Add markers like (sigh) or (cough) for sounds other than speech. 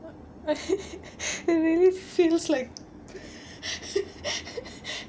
it really feels like (laughs)